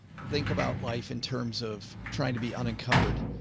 think about life in terms of trying to be unencumbered,